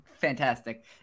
Fantastic